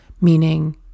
meaning